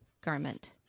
garment